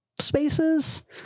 Spaces